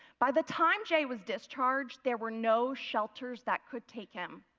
by the time jay was discharged, there were no shelters that could take him.